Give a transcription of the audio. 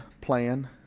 plan